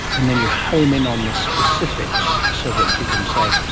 and then you home in on the specifics so that you can say,